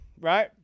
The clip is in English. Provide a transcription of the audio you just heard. right